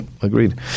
Agreed